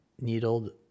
needled